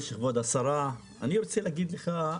אני רוצה להגיד לך,